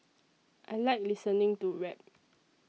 I like listening to rap